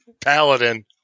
Paladin